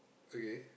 okay